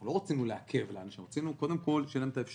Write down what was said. אנחנו לא רצינו לעכב אלא רצינו קודם כל שתהיה להם האפשרות